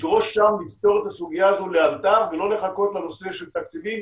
לדרוש שם לפתור את הסוגיה לאלתר ולא לחכות לנושא תקציבים.